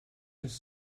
just